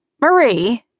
Marie-